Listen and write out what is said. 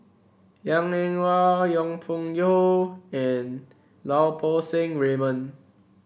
Liang Eng Hwa Yong Pung How and Lau Poo Seng Raymond